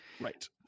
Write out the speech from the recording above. Right